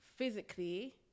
Physically